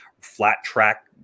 flat-track